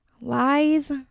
Lies